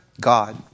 God